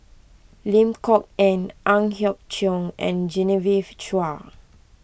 Lim Kok Ann Ang Hiong Chiok and Genevieve Chua